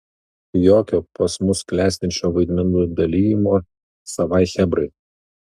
jokio pas mus klestinčio vaidmenų dalijimo savai chebrai